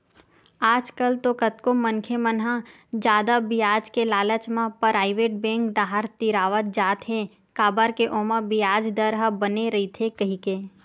आजकल तो कतको मनखे मन ह जादा बियाज के लालच म पराइवेट बेंक डाहर तिरावत जात हे काबर के ओमा बियाज दर ह बने रहिथे कहिके